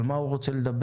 על מה הוא רוצה לדבר,